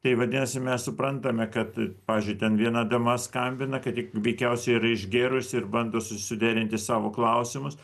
tai vadinasi mes suprantame kad pavyzdžiui ten viena dama skambina kad ji veikiausiai yra išgėrus ir bando susiderinti savo klausimus